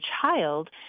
child